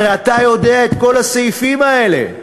הרי אתה יודע את כל הסעיפים האלה,